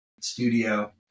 studio